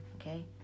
okay